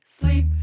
sleep